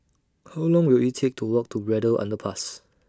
How Long Will IT Take to Walk to Braddell Underpass